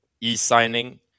e-signing